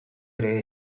ere